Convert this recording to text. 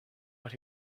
what